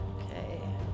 Okay